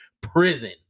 prison